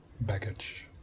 baggage